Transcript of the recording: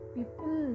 People